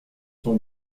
son